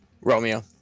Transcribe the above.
Romeo